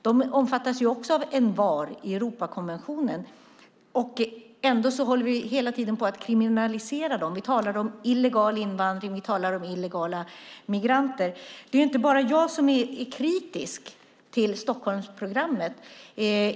De omfattas ju också av "envar" i Europakonventionen, och ändå kriminaliserar vi dem hela tiden - vi talar om illegal invandring och illegala migranter. Det är inte bara jag som är kritisk till Stockholmsprogrammet.